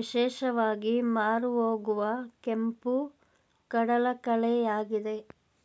ವಿಶೇಷವಾಗಿ ಮಾರುಹೋಗುವ ಕೆಂಪು ಕಡಲಕಳೆಯಾಗಿದೆ